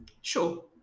Sure